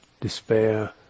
despair